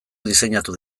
diseinatu